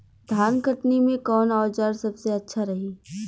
धान कटनी मे कौन औज़ार सबसे अच्छा रही?